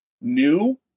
new